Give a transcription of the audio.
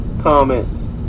Comments